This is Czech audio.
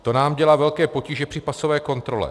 To nám dělá velké potíže při pasové kontrole.